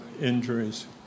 injuries